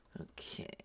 Okay